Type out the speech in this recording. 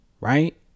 Right